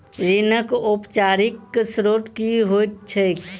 ऋणक औपचारिक स्त्रोत की होइत छैक?